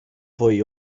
fwy